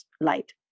light